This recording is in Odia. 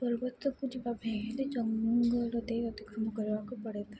ପର୍ବତକୁ ଯିବା ପାଇଁ ହେଲେ ଜଙ୍ଗଳ ଦେଇ ଅତିକ୍ରମ କରିବାକୁ ପଡ଼ିଥାଏ